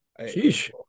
Sheesh